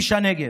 איש הנגב: